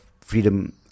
freedom